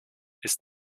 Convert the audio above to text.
ist